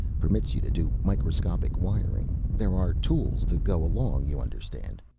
permits you to do microscopic wiring. there are tools to go along, you understand.